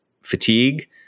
fatigue